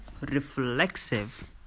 reflexive